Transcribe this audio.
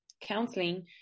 counseling